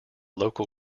local